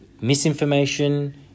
misinformation